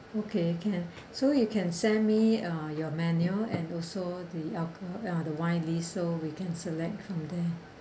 okay can so you can send me uh your menu and also the alco~ uh the wine list so we can select from there